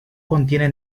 contiene